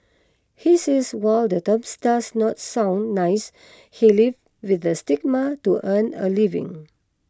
he says while the term does not sound nice he lives with the stigma to earn a living